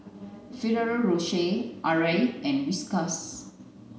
Ferrero Rocher Arai and Whiskas